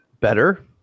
better